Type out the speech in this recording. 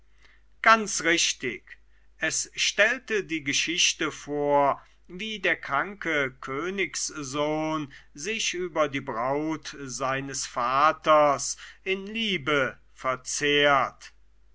ganz richtig es stellte die geschichte vor wie der kranke königssohn sich über die braut seines vaters in liebe verzehrt